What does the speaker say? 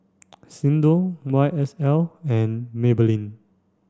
Xndo Y S L and Maybelline